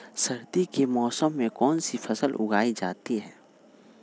सर्दी के मौसम में कौन सी फसल उगाई जाती है?